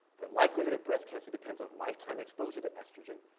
the likelihood of breast cancer depends on lifetime exposure to estrogen,